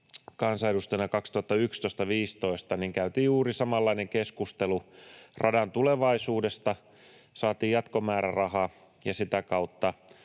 kansanedustajana 2011—15, niin käytiin juuri samanlainen keskustelu radan tulevaisuudesta, saatiin jatkomääräraha ja sitä kautta